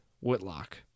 Whitlock